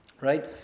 Right